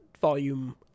volume